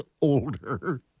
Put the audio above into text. older